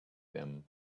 them